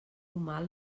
mal